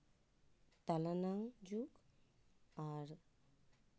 ᱛᱟᱞᱟ ᱱᱟᱝ ᱡᱩᱜᱽ ᱟᱨ